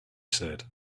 said